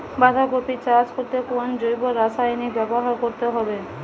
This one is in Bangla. বাঁধাকপি চাষ করতে কোন জৈব রাসায়নিক ব্যবহার করতে হবে?